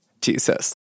Jesus